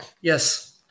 yes